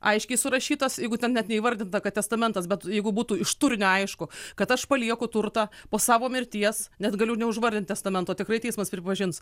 aiškiai surašytas jeigu ten net neįvardinta kad testamentas bet jeigu būtų iš turinio aišku kad aš palieku turtą po savo mirties nes galiu neužvardint testamento tikrai teismas pripažins